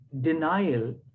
denial